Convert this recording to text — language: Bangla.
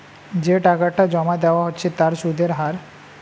যে টাকাটা জমা দেওয়া হচ্ছে তার সুদের হার